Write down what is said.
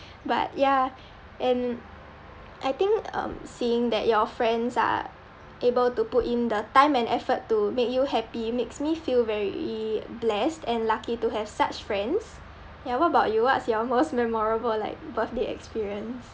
but ya and I think um seeing that your friends are able to put in the time and effort to make you happy makes me feel very blessed and lucky to have such friends ya what about you what's your most memorable like birthday experience